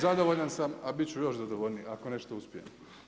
Zadovoljan sam a biti ću još zadovoljniji ako nešto uspijem.